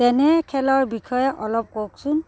তেনে খেলৰ বিষয়ে অলপ কওকচোন